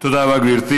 תודה רבה, גברתי.